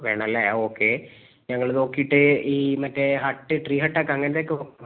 വേണമല്ലേ ഓക്കെ ഞങ്ങൾ നോക്കിയിട്ട് ഈ മറ്റേ ഹട്ട് ട്രീ ഹട്ട് ഒക്കെ അങ്ങനത്തെ ഒക്കെ നോക്കുന്നുണ്ടോ